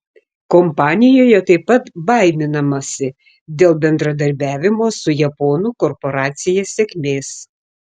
kompanijoje taip pat baiminamasi dėl bendradarbiavimo su japonų korporacija sėkmės